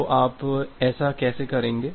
तो आप ऐसा कैसे करेंगे